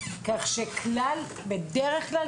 כך שבדרך כלל,